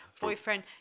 boyfriend